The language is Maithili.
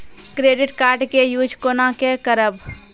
क्रेडिट कार्ड के यूज कोना के करबऽ?